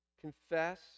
Confess